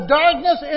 darkness